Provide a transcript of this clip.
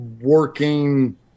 working